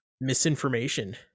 misinformation